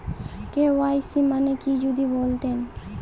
KYC মানে কি যদি বলতেন?